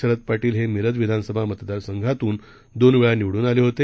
शरद पाटील हे मिरज विधानसभा मतदार संघांतून दोन वेळा निवडून आले होते